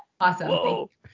Awesome